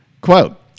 Quote